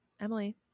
Emily